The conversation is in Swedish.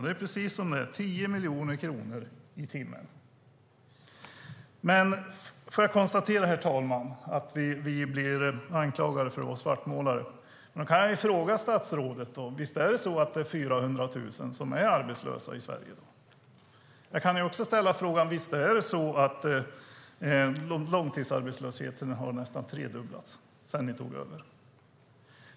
Det är precis så det är, 10 miljoner kronor i timmen. Herr talman! Vi blir anklagade för att vara svartmålare. Då kan jag fråga statsrådet: Visst är det så att det är 400 000 som är arbetslösa i Sverige i dag? Och visst är det så att långtidsarbetslösheten nästan har tredubblats sedan ni tog över?